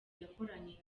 yakoranye